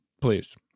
please